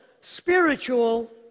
spiritual